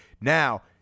Now